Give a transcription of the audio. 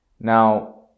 Now